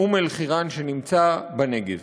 אום-אלחיראן שנמצא בנגב.